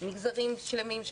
מגזרים שלמים,